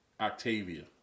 Octavia